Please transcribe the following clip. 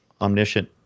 omniscient